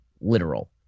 Literal